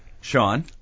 Sean